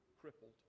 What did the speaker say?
crippled